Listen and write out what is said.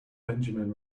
benjamin